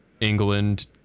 England